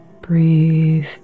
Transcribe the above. Breathe